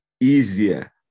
easier